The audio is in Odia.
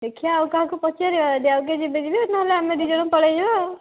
ଦେଖିବା ଆଉ କାହାକୁ ପଚାରିବା ଯଦି ଆଉ କିଏ ଯିବେ ଯିବେ ନହେଲେ ଆମେ ଦୁଇ ଜଣ ପଳାଇଯିବା ଆଉ